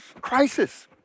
Crisis